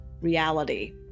reality